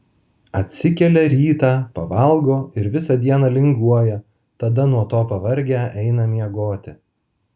atsikelia rytą pavalgo ir visą dieną linguoja tada nuo to pavargę eina miegoti